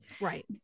Right